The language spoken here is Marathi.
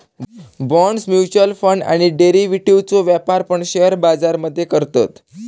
बॉण्ड्स, म्युच्युअल फंड आणि डेरिव्हेटिव्ह्जचो व्यापार पण शेअर बाजार मध्ये करतत